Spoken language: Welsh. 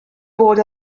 bod